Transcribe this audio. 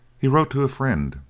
he wrote to a friend